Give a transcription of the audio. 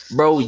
Bro